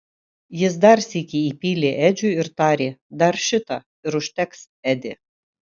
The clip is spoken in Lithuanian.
jis dar sykį įpylė edžiui ir tarė dar šitą ir užteks edi